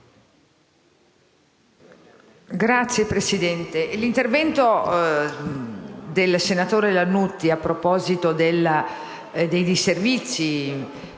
Signor Presidente, l'intervento del senatore Lannutti a proposito dei disservizi